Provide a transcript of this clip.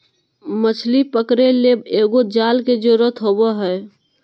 मछली पकरे ले एगो जाल के जरुरत होबो हइ